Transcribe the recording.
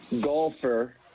golfer